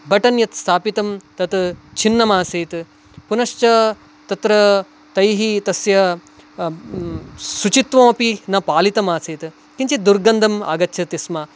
button यत्स्थापितं तत् छिन्नमासीत् पुनश्च तत्र तैः तस्य शुचित्वमपि न पालितमासीत् किञ्चित् दुर्गन्धम् आगच्छति स्म